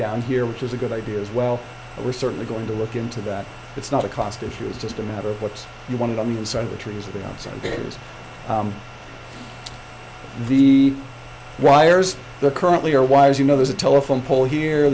down here which is a good idea as well we're certainly going to look into that it's not a cost issue it's just a matter of what you want on the side of the trees the answer is the wires that currently are wise you know there's a telephone pole here